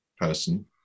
person